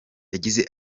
yagize